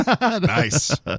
Nice